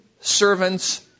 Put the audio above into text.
servant's